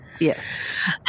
Yes